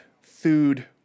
food